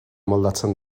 moldatzen